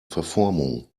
verformung